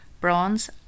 bronze